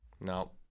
No